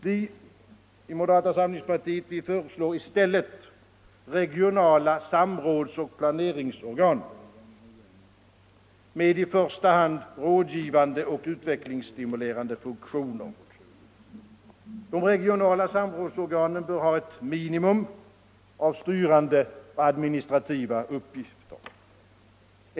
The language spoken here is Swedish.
Vi moderater föreslår i stället regionala samrådsoch planeringsorgan med i första hand rådgivande och utvecklingsstimulerande funktioner. De regionala samrådsorganen bör ha ett minimum av styrande och administrativa uppgifter.